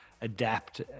adapt